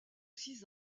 six